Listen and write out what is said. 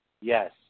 yes